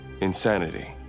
insanity